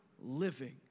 living